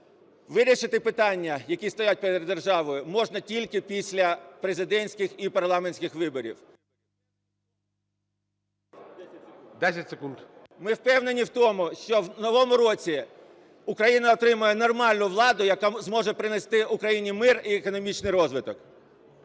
вирішити питання, які стоять перед державою, можна тільки після президентських і парламентських виборів. ГОЛОВУЮЧИЙ. 10 секунд. СКОРИК М.Л. Ми впевнені в тому, що в новому році Україна отримає нормальну владу, яка зможе принести Україні мир і економічний розвиток.